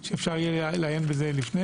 כדי שאפשר יהיה לעיין בהם קודם לכן.